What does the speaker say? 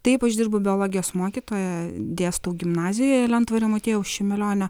taip aš dirbu biologijos mokytoja dėstau gimnazijoje lentvario motiejaus šimelionio